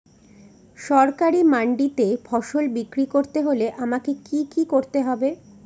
সরকারি মান্ডিতে ফসল বিক্রি করতে হলে আমাকে কি কি করতে হবে?